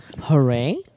Hooray